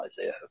Isaiah